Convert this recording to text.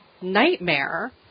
nightmare